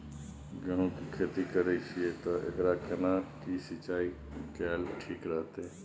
गेहूं की खेती करे छिये ते एकरा केना के सिंचाई कैल ठीक रहते?